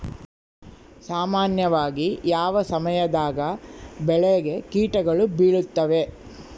ಸಾಮಾನ್ಯವಾಗಿ ಯಾವ ಸಮಯದಾಗ ಬೆಳೆಗೆ ಕೇಟಗಳು ಬೇಳುತ್ತವೆ?